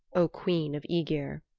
o queen of aegir,